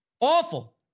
Awful